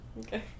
Okay